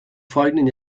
folgenden